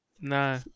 No